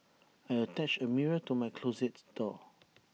I attached A mirror to my closet door